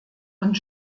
und